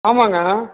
ஆமாங்க